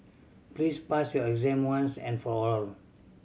please pass your exam once and for all